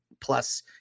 plus